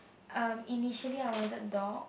um initially I wanted dog